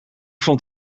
vond